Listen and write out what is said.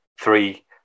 Three